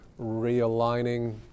realigning